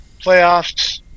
playoffs